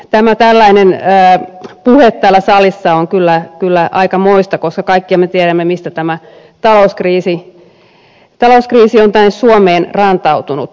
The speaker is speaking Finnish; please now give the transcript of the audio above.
tämä tällainen puhe täällä salissa on kyllä aikamoista koska kaikkihan me tiedämme mistä tämä talouskriisi on tänne suomeen rantautunut